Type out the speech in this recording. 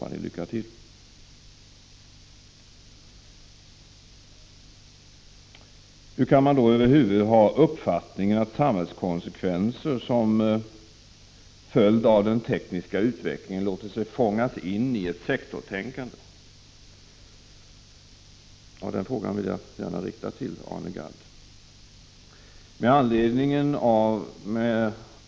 lycka till. Hur kan man över huvud taget ha uppfattningen att samhällskonsekvenser som följd av den tekniska utvecklingen låter sig fångas in i ett sektorstänkande? Den frågan vill jag gärna rikta till Arne Gadd.